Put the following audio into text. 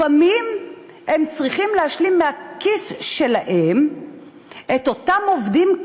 לפעמים הם צריכים להשלים מהכיס שלהם את אותם עובדים,